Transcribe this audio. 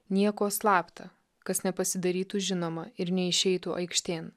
nieko slapta kas nepasidarytų žinoma ir neišeitų aikštėn